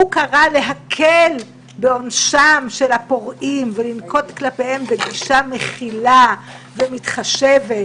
הוא קרא להקל בעונשם של הפורעים ולנקוט כלפיהם בגישה מכילה ומתחשבת.